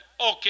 okay